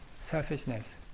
selfishness